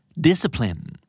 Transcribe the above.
Discipline